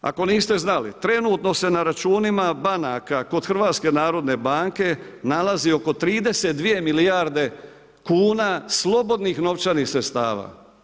Ako niste znali, trenutno se na računima banaka kod HNB-a nalazi oko 32 milijarde kuna slobodnih novčanih sredstava.